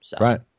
Right